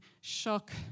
shock